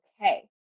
okay